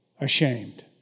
ashamed